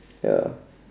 ya